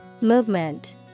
Movement